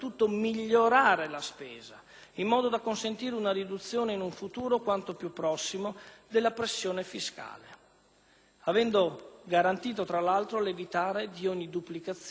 in modo da consentire la riduzione, in un futuro quanto più prossimo, della pressione fiscale, avendo garantito tra l'altro che si eviti ogni duplicazione di funzioni.